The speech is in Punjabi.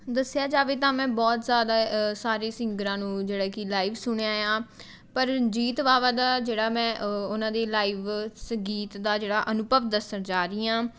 ਦੱਸਿਆ ਜਾਵੇ ਤਾਂ ਮੈਂ ਬਹੁਤ ਜ਼ਿਆਦਾ ਸਾਰੇ ਸਿੰਗਰਾਂ ਨੂੰ ਜਿਹੜਾ ਕਿ ਲਾਈਵ ਸੁਣਿਆ ਆ ਪਰ ਰਣਜੀਤ ਬਾਵਾ ਦਾ ਜਿਹੜਾ ਮੈਂ ਉਹਨਾਂ ਦੀ ਲਾਈਵ ਸੰਗੀਤ ਦਾ ਜਿਹੜਾ ਅਨੁਭਵ ਦੱਸਣ ਜਾ ਰਹੀ ਹਾਂ